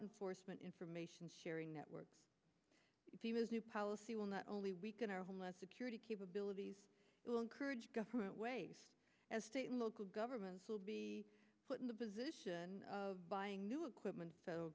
enforcement information sharing networks new policy will not only weaken our homeland security capabilities will encourage government waste as state and local governments will be put in the position of buying new equipment